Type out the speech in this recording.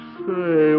say